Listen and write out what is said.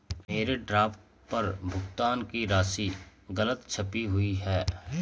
मेरे ड्राफ्ट पर भुगतान की राशि गलत छपी हुई है